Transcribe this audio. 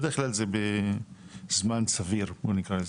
בדרך כלל זה בזמן סביר, בוא נקרא לזה.